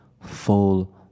full